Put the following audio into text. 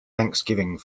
thanksgiving